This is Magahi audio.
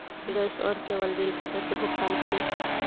गैस और केबल बिल के कैसे भुगतान करी?